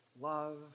love